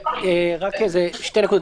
רק שתי נקודות.